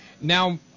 Now